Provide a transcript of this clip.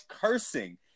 cursing